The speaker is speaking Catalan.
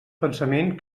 pensament